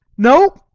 no,